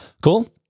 Cool